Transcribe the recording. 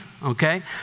Okay